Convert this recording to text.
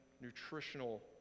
nutritional